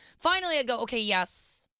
finally i go, okay, yes,